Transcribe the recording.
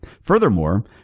Furthermore